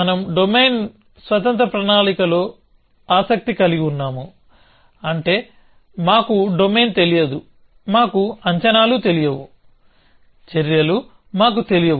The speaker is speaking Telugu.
మనం డొమైన్ స్వతంత్ర ప్రణాళిక లో ఆసక్తి కలిగి ఉన్నాము అంటే మాకు డొమైన్ తెలియదు మాకు అంచనాలు తెలియవు చర్యలు మాకు తెలియవు